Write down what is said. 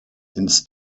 ins